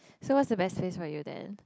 so where's the best place for you then